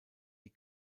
die